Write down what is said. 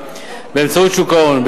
באמצעות שוק ההון,